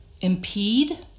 impede